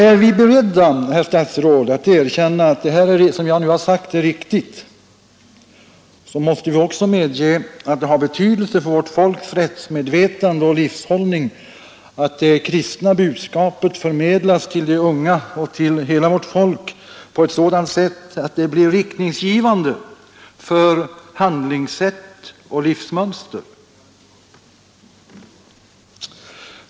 Är vi beredda, herr statsråd, att erkänna att detta är riktigt, måste vi också medge att det har betydelse för vårt folks rättsmedvetande och livshållning att det kristna budskapet förmedlas till de unga och till hela vårt folk på ett sådant sätt att det blir riktningsgivande för handlingssätt och livsmönster.